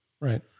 right